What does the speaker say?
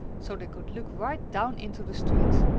so they could look right down into the street,